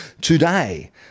today